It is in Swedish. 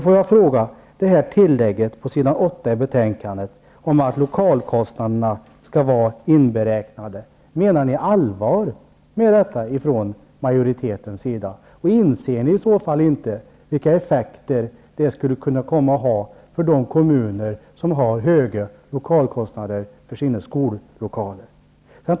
Får jag fråga: Detta tillägg på s. 8 i betänkandet om att lokalkostnaderna skall vara inberäknade, menar ni allvar med detta från majoritetens sida? Inser ni i så fall inte vilka effekter det skulle kunna komma att ha för de kommuner som har höga lokalkostnader för sina skollokaler?